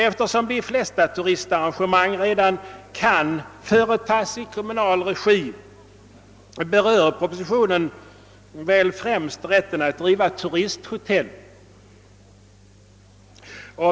Eftersom de flesta turistarrangemang redan kan genomföras i kommunal regi berör propositionen främst rätten att driva turistbotell.